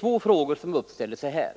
Två frågor uppställer sig här: